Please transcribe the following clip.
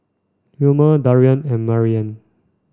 Wilmer Darrien and Maryann